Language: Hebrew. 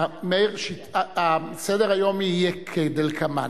סדר-היום יהיה כדלקמן: